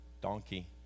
donkey